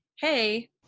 hey